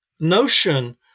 notion